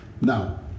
Now